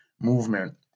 movement